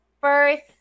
first